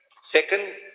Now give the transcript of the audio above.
Second